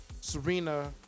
Serena